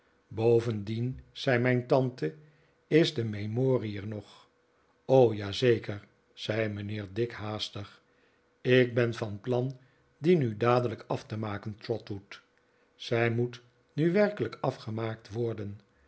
bovendien zei mijn tante is de memorie er nog r o ja zeker zei mijnheer dick haastig ik ben van plan die nu dadelijk af te maken trotwood zij moet nu werkelijk afgemaakt worden